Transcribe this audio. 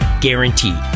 guaranteed